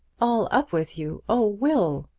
all up with you! oh, will!